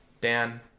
Dan